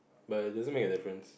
but it doesn't make a difference